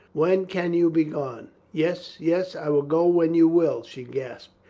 when can you be gone? yes, yes, i will go when you will, she gasped.